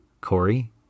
Corey